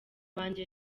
banjye